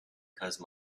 because